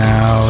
Now